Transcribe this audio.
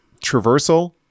traversal